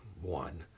one